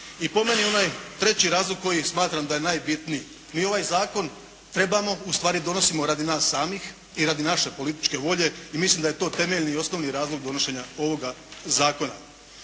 I po meni, onaj treći razlog koji smatram da je najbitniji. Mi ovaj zakon trebamo, ustvari donosimo radi nas samih i radi naše političke volje i mislim da je to temeljni i osnovni razlog donošenja ovoga zakona.